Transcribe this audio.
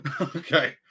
okay